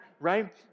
right